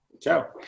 Ciao